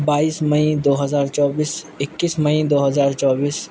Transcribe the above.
بائیس مئی دو ہزار چوبیس اکیس مئی دو ہزار چوبیس